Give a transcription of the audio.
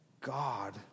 God